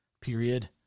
period